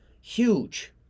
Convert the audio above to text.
Huge